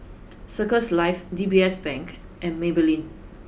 circles Life D B S Bank and Maybelline